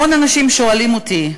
המון אנשים שואלים אותי,